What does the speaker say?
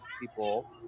people